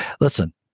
listen